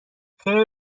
خیر